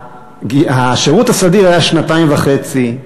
השירות הסדיר היה שנתיים וחצי,